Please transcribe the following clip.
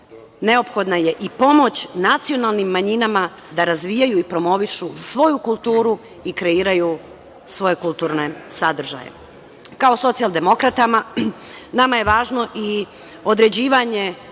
neophodna je i pomoć nacionalnim manjinama da razvijaju i promovišu svoju kulturu i kreiraju svoje kulturne sadržaje. Kao socijaldemokratama, nama je važno i određivanje